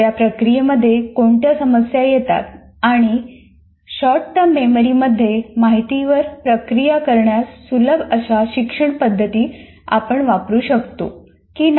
त्या प्रक्रियेमध्ये कोणत्या समस्या येतात आणि अल्पकालीन स्मृतींमध्ये माहितीवर प्रक्रिया करण्यास सुलभ अशा शिक्षण पद्धती आम्ही वापरू शकतो की नाही